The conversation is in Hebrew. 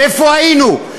איפה היינו?